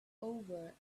over